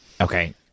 Okay